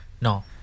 No